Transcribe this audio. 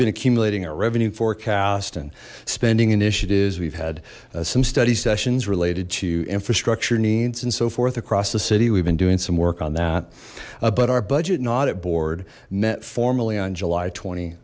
been accumulating our revenue forecast and spending initiatives we've had some study sessions related to infrastructure needs and so forth across the city we've been doing some work on that but our budget not at board met formally on july